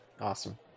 Awesome